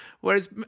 Whereas